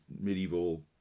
medieval